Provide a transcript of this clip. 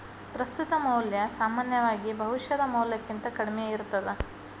ಪ್ರಸ್ತುತ ಮೌಲ್ಯ ಸಾಮಾನ್ಯವಾಗಿ ಭವಿಷ್ಯದ ಮೌಲ್ಯಕ್ಕಿಂತ ಕಡ್ಮಿ ಇರ್ತದ